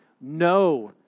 No